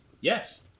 yes